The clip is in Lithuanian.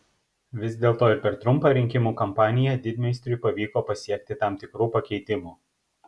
vis dėlto ir per trumpą rinkimų kampaniją didmeistriui pavyko pasiekti tam tikrų pakeitimų